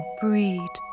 breed